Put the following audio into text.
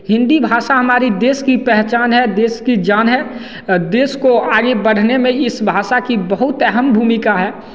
हिंदी भाषा हमारी देश की पहचान है देश की जान है देश को आगे बढ़ने में इस भाषा की बहुत अहम भूमिका है